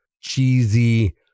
cheesy